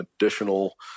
additional